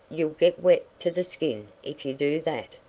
you'll get wet to the skin if you do that.